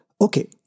Okay